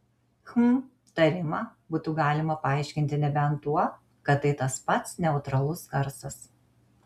hm tarimą būtų galima paaiškinti nebent tuo kad tai tas pats neutralus garsas